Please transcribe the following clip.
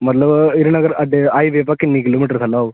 मतलब हीरानगर अड्डे पर हाईवे उप्परा किन्ने किलोमीटर थल्लै होग